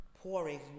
pouring